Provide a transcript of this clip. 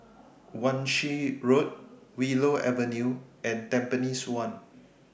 Wan Shih Road Willow Avenue and Tampines one